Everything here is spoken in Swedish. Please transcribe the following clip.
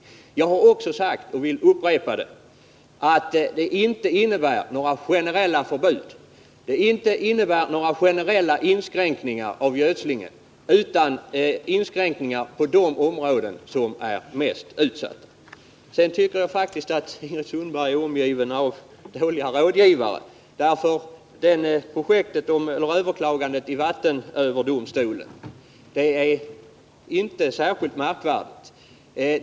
Däremot har jag sagt — jag upprepar det nu — att våra förslag inte innebär några generella förbud eller generella inskränkningar av gödslingen över hela linjen. Jag tycker faktiskt att Ingrid Sundberg är omgiven av dåliga rådgivare. Nämnda överklagande i vattenöverdomstolen är inte särskilt märkvärdigt.